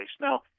Now